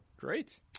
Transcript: Great